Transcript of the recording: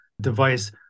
device